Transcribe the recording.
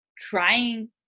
Trying